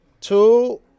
two